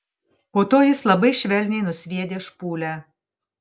po to jis labai švelniai nusviedė špūlę